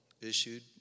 issued